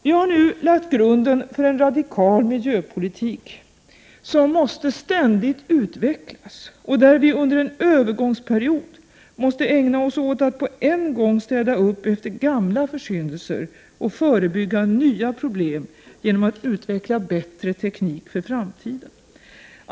Vi har nu lagt grunden för en radikal miljöpolitik, som ständigt måste utvecklas och där vi under en övergångsperiod måste ägna oss åt att på en gång städa upp efter gamla försyndelser och förebygga nya problem genom att utveckla bättre teknik för framtiden.